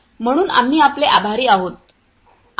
म्हणून आम्ही आपले आभारी आहोत